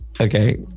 Okay